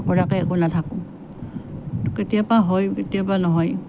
নকৰাকে নাথাকো কেতিয়াবা হয় কেতিয়াবা নহয়